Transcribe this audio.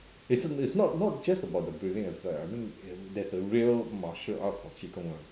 as in it's not not just about the breathing it's like I mean there is a real martial art for qi-gong [one]